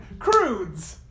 Croods